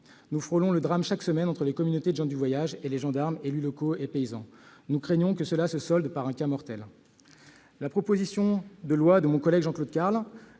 Nous frôlons le drame chaque semaine entre les communautés de gens du voyage et les gendarmes, élus locaux et paysans. Nous craignons que cela ne se solde par un cas mortel. La proposition de loi de mon collègue Jean-Claude Carle,